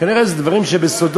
כנראה שאלה דברים שבסודות,